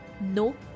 No